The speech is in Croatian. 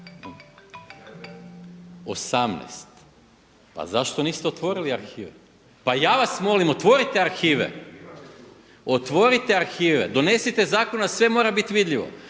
18. Pa zašto niste otvorili arhive? Pa ja vas molim otvorite arhive! Otvorite arhive, donesite zakon da sve mora biti vidljivo.